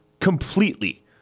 Completely